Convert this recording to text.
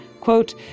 quote